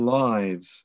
lives